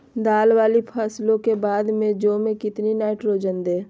दाल वाली फसलों के बाद में जौ में कितनी नाइट्रोजन दें?